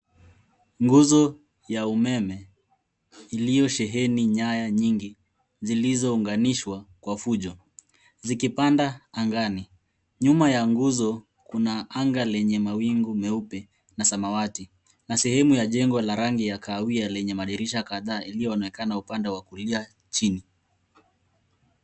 Nguzo ya umeme iliyosheheni nyaya nyingi zilizounganishwa kwa fujo, zikipanda angani. Nyuma ya nguzo kuna anga lenye mawingu meupe na samawati na sehemu ya jengo la rangi ya kahawia lenye madirisha kadhaa iliyoonekana upande wa kulia chini.